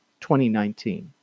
2019